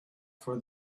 for